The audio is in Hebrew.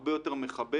הרבה יותר מחבק,